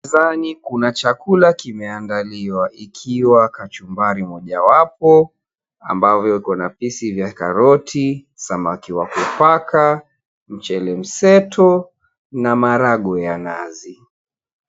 Sahani kuna chakula kimeandaliwa ikiwa kachumbari mojawapo ambayo iko na piece vya karoti, samaki wa kupaka, mchele mseto na maharagwe ya nazi.